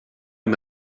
amb